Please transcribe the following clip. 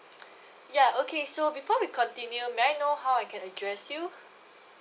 ya okay so before we continue may I know how I can address you